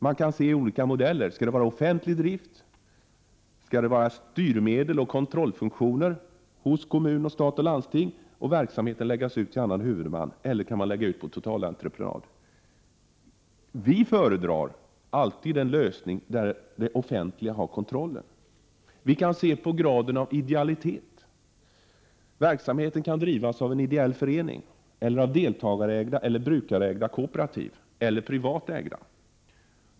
Det finns olika modeller: Skall det vara offentlig drift, styrmedel och kontrollfunktioner hos kommuner, stat och landsting medan verksamheten drivs av annan huvudman eller skall verksamheten läggas ut genom totalentreprenad? Vi i miljöpartiet föredrar alltid en lösning som innebär att det offentliga har kontrollen över den. Man kan också se till graden av idealitet hos dem som driver verksamheten. Den kan drivas av en ideell förening eller av deltagarägda eller brukarägda kooperativ eller slutligen privatägda sådana.